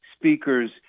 Speakers